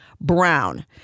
Brown